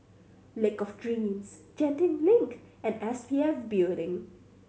Lake of Dreams Genting Link and S P F Building